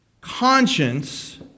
conscience